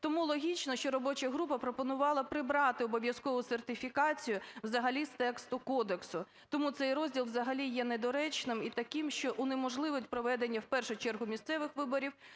Тому логічно, що робоча група пропонувала прибрати "обов'язкову сертифікацію" взагалі з тексту кодексу. Тому цей розділ взагалі є недоречним і таким, що унеможливить проведення в першу чергу місцевих виборів